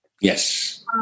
Yes